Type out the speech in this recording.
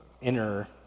inner